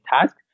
task